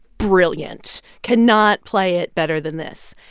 brilliant. cannot play it better than this.